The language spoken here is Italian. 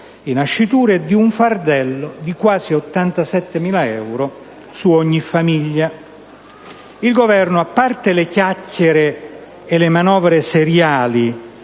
i nascituri, e un fardello di quasi 87.000 euro su ogni famiglia. Il Governo, a parte le chiacchiere e le manovre seriali